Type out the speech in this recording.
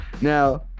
Now